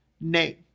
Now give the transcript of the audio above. name